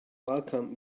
welcomed